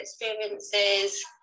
experiences